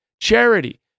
Charity